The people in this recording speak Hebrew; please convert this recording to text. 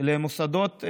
למוסדות,